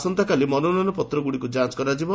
ଆସନ୍ତାକାଲି ମନୋନୟନପତ୍ରଗୁଡ଼ିକୁ ଯାଞ କରାଯିବ